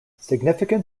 significant